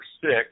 six